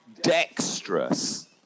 dexterous